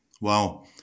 Wow